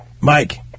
Mike